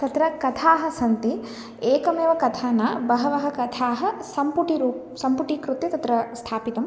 तत्र कथाः सन्ति एकमेवकथा न बहवः कथाः सम्पुटीरुप सम्पुटीकृत्य तत्र स्थापितम्